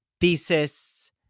thesis